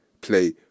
Play